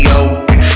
open